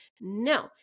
No